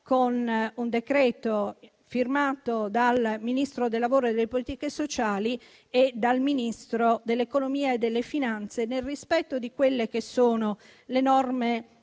con un decreto firmato dal Ministro del lavoro e delle politiche sociali e dal Ministro dell'economia e delle finanze, nel rispetto delle norme